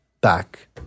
back